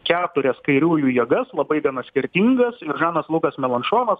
keturias kairiųjų jėgas labai skirtingas ir žanas lukas melanšova